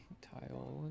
tile